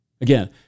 Again